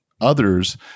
others